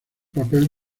papel